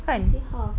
you say half